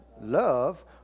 love